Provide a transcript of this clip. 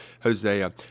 Hosea